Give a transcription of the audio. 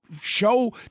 Show